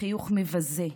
חיוך מבזה,